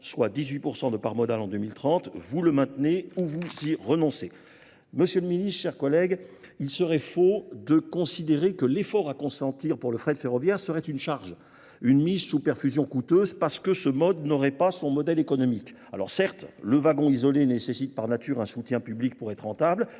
soit 18% de par modal en 2030, vous le maintenez ou vous y renoncez ? Monsieur le Ministre, chers collègues, il serait faux de considérer que l'effort à consentir pour le frais de ferrovia serait une charge, une mise sous perfusion coûteuse, parce que ce mode n'aurait pas son modèle économique. Alors certes, le wagon isolé nécessite par nature un soutien public pour être rentable.